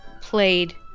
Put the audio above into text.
played